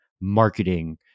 marketing